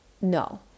No